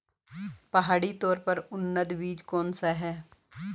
पहाड़ी तोर का उन्नत बीज कौन सा है?